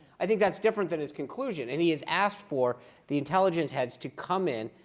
i think that's different than his conclusion. and he has asked for the intelligence heads to come in